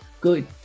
Good